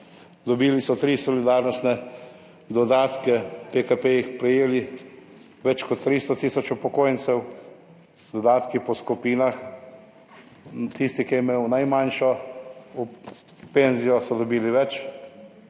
dobili so tri solidarnostne dodatke v PKP-jih, prejeli več kot 300 tisoč upokojencev, dodatki po skupinah. Tisti, ki je imel najmanjšo penzijo so dobili več,